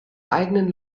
eigenen